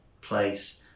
place